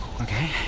Okay